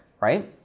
right